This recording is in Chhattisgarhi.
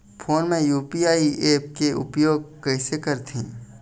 फोन मे यू.पी.आई ऐप के उपयोग कइसे करथे?